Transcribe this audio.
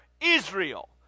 Israel